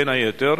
בין היתר,